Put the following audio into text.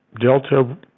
Delta